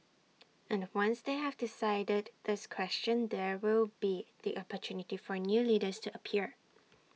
and once they have decided this question there will be the opportunity for new leaders to appear